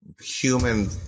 human